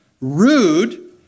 rude